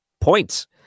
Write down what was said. points